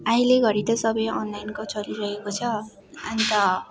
अहिलेघडी त सबै अनलाइनको चलिरहेको छ अन्त